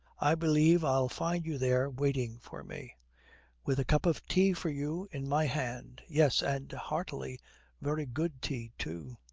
i believe i'll find you there waiting for me with a cup of tea for you in my hand yes, and' heartily very good tea too